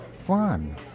Fun